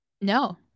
no